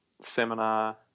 Seminar